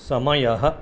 समयः